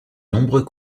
nombreux